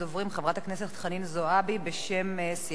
חברת הכנסת חנין זועבי בשם סיעת בל"ד.